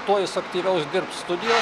tuo jis aktyviau dirbs studijos